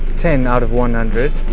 ten out of one hundred,